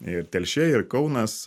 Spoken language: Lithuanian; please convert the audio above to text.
ir telšiai ir kaunas